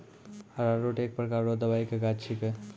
अरारोट एक प्रकार रो दवाइ के गाछ छिके